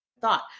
thought